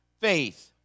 faith